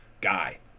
guy